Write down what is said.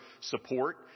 support